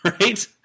right